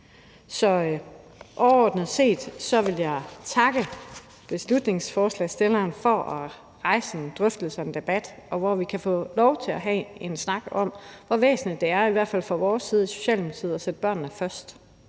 Så overordnet set vil jeg takke beslutningsforslagsstilleren for at rejse en drøftelse og en debat, hvor vi kan få lov til at have en snak om, hvor væsentligt det er – i hvert fald fra vores side i Socialdemokratiet – at sætte børnene først;